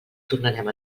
tornarem